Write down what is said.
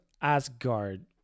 Asgard